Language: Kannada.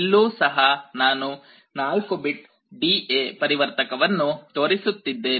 ಇಲ್ಲೂ ಸಹ ನಾನು 4 ಬಿಟ್ ಡಿಎ ಪರಿವರ್ತಕವನ್ನು ತೋರಿಸುತ್ತಿದ್ದೇನೆ